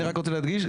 אני רק רוצה להדגיש,